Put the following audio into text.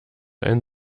ein